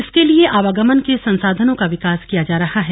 इसके लिये आवागमन के संसाधनों का विकास किया जा रहा है